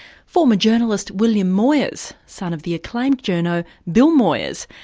former journalist william moyers, son of the acclaimed journo bill moyers,